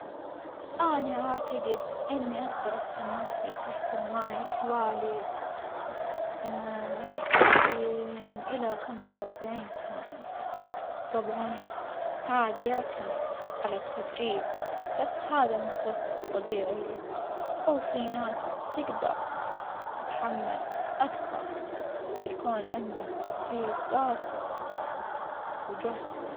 أنا أعتجد إني أجدر أكتم نفسي تحت الماية حوالي من ثلاثين إلى خمسة وأربعين ثانية، طبعًا هذا يعتمد على التدريب بس هذا المتوسط الطبيعي لي، وفي ناس تجدر تتحمل أكثر يكون عندها تدريب جاسي وجهد.